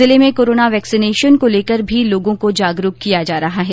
जिले में corona vaccination को लेकर भी लोगों को जागरूक किया जा रहा है